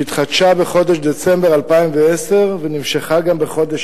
שהתחדשה בחודש דצמבר 2010 ונמשכה גם בחודש